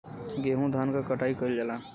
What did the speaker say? गेंहू धान क कटाई कइल जाला